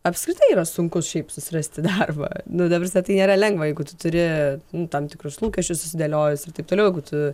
apskritai yra sunku šiaip susirasti darbą nu ta prasme tai nėra lengva jeigu tu turi tam tikrus lūkesčius susidėliojus ir taip toliau jeigu tu